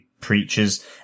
preachers